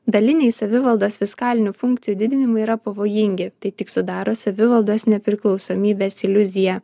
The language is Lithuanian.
daliniai savivaldos fiskalinių funkcijų didinimai yra pavojingi tai tik sudaro savivaldos nepriklausomybės iliuziją